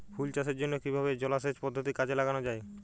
ফুল চাষের জন্য কিভাবে জলাসেচ পদ্ধতি কাজে লাগানো যাই?